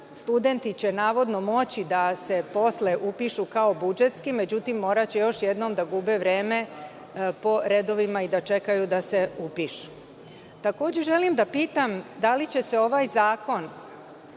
Studenti će navodno moći da se posle upišu kao budžetski. Međutim, moraće još jednom da gube vreme po redovima i da čekaju da se upišu. Takođe, želim da pitam da li će se ovaj zakon,